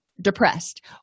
depressed